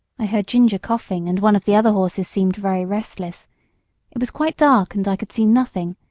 i heard ginger coughing and one of the other horses seemed very restless it was quite dark, and i could see nothing,